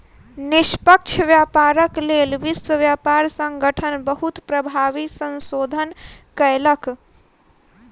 निष्पक्ष व्यापारक लेल विश्व व्यापार संगठन बहुत प्रभावी संशोधन कयलक